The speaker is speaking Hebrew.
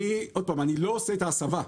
עוד פעם, אני לא עושה את ההסבה.